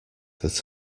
that